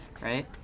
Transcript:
right